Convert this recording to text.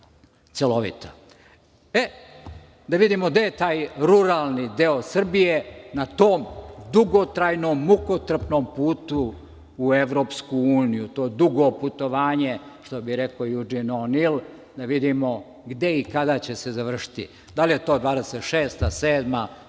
celovita. Da vidimo gde je taj ruralni deo Srbije na tom dugotrajnom, mukotrpnom putu u EU, to dugo putovanje, što bi rekao Judžin O Nil, da vidimo gde i kada će se završiti, da li je to 2026,